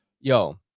Yo